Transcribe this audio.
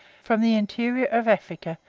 from the interior of africa,